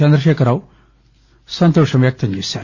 చంద్రశేఖరరావు సంతోషం వ్యక్తం చేశారు